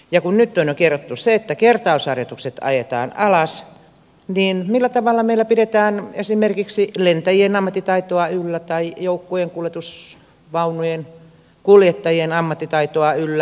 ja kun nyt on jo kerrottu se että kertausharjoitukset ajetaan alas niin millä tavalla meillä pidetään esimerkiksi lentäjien ammattitaitoa yllä tai joukkojen kuljetusvaunujen kuljettajien ammattitaitoa yllä